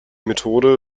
methode